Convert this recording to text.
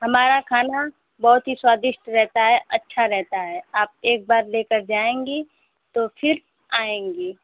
हमारा खाना बहुत ही स्वादिष्ट रहता है अच्छा रहता है आप एक बार लेकर जायेंगी तो फिर आएँगी